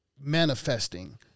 manifesting